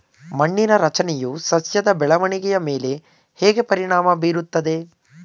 ಮಣ್ಣಿನ ರಚನೆಯು ಸಸ್ಯದ ಬೆಳವಣಿಗೆಯ ಮೇಲೆ ಹೇಗೆ ಪರಿಣಾಮ ಬೀರುತ್ತದೆ?